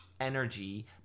energy